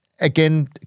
again